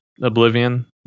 oblivion